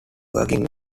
working